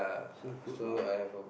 so good lah